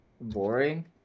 boring